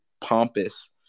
pompous